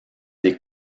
des